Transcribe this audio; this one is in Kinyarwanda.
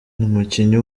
umukinnyi